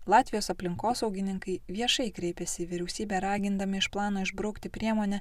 latvijos aplinkosaugininkai viešai kreipėsi į vyriausybę ragindami iš plano išbraukti priemonę